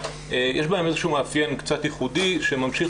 יש בהם איזה שהוא מאפיין קצת ייחודי שממשיך